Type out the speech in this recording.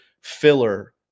filler